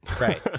Right